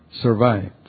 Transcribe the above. survived